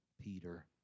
Peter